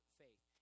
faith